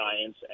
science